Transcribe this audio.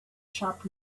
sharp